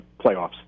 playoffs